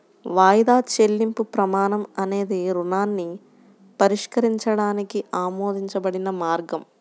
వాయిదా చెల్లింపు ప్రమాణం అనేది రుణాన్ని పరిష్కరించడానికి ఆమోదించబడిన మార్గం